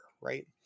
right